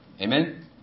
Amen